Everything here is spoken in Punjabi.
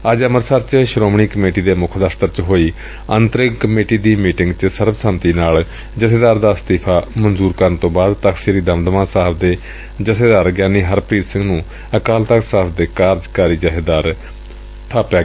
ਅੱਜ ਅੰਮ੍ਤਿਸਰ ਚ ਸ੍ਰੋਮਣੀ ਕਮੇਟੀ ਦਾ ਮੁੱਖ ਦਫ਼ਤਰ ਚ ਹੋਈ ਅੰਤ੍ਮਿਮ ਕਮੇਟੀ ਦੀ ਮੀਟਿੰਗ ਚ ਸਰਬ ਸੰਮਤੀ ਨਾਲ ਜਥੇਦਾਰ ਦਾ ਅਸਤੀਫਾ ਮਨਜੂਰ ਕਰਨ ਮਗਰੋਂ ਤਖ਼ਤ ਸ੍ਰੀ ਦਮਦਮਾ ਸਾਹਿਬ ਦੇ ਜਥੇਦਾਰ ਗਿਆਨੀ ਹਰਪ੍ੀਤ ਸਿੰਘ ਨੁੰ ਅਕਾਲ ਤਖ਼ਤ ਸਾਹਿਬ ਦੇ ਕਾਰਜਕਾਰੀ ਜਥੇਦਾਰ ਲਗਾ ਦਿੱਤਾ